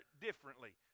differently